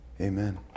amen